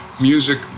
music